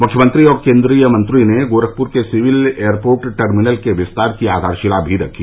मुख्यमंत्री और केन्द्रीय मंत्री ने गोरखपुर के सिविल एयरपोर्ट टर्मिनल के विस्तार की आधारशिला भी रखी